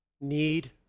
need